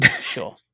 Sure